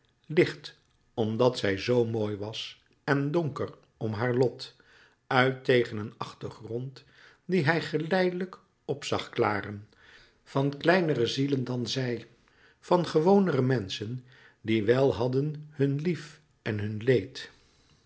licht omdat zij zoo mooi was en donker om haar lot uit tegen een achtergrond dien hij geleidelijk op zag klaren van kleinere zielen dan zij van gewonere menschen die wel hadden hun lief en hun leed